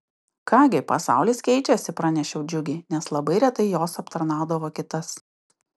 ką gi pasaulis keičiasi pranešiau džiugiai nes labai retai jos aptarnaudavo kitas